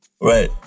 Right